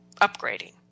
upgrading